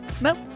Nope